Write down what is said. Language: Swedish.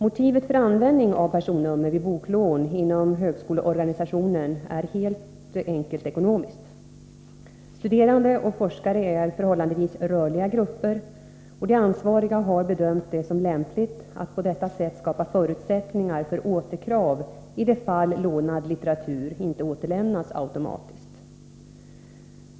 Motivet för användning av personnummer vid boklån inom högskoleorganisationen är helt enkelt ekonomiskt. Studerande och forskare är förhållandevis rörliga grupper, och de ansvariga har bedömt det som lämpligt att på detta sätt skapa förutsättningar för återkrav i de fall lånad litteratur inte återlämnas automatiskt.